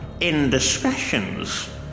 indiscretions